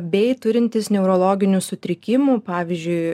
bei turintys neurologinių sutrikimų pavyzdžiui